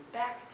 back